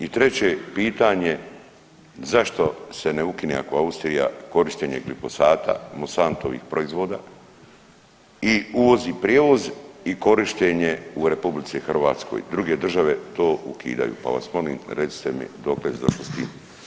I treće pitanje zašto se ne ukine, ako Austrija, korištenje glifosata Mosantovih proizvoda i uvozi prijevoz i korištenje u RH, druge države to ukidaju, pa vas molim vas recite mi dokle ste došli s tim.